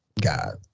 God